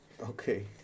Okay